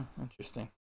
Interesting